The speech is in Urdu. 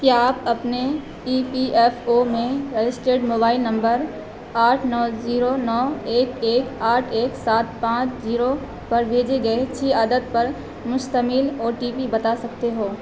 کیا آپ اپنے ای پی ایف او میں رجسٹرڈ موبائل نمبر آٹھ نو زیرو نو ایک ایک آٹھ ایک سات پانچ زیرو پر بھیجے گئے چھ عدد پر مشتمل او ٹی پی بتا سکتے ہو